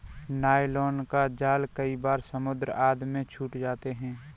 nylon का जाल कई बार समुद्र आदि में छूट जाते हैं